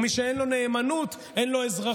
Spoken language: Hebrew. ומי שאין לו נאמנות אין לו אזרחות,